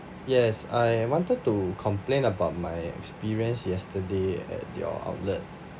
yes I wanted to complain about my experience yesterday at your outlet